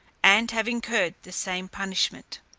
and have incurred the same punishment.